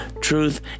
truth